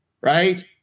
right